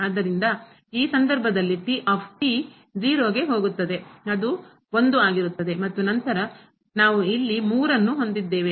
ಆದ್ದರಿಂದ ಈ ಸಂದರ್ಭದಲ್ಲಿ t 0 ಗೆ ಹೋಗುತ್ತದೆ ಅದು 1 ಆಗಿರುತ್ತದೆ ಮತ್ತು ನಂತರ ನಾವು ಇಲ್ಲಿ 3 ಅನ್ನು ಹೊಂದಿದ್ದೇವೆ